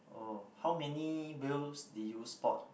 oh how many whales did you spot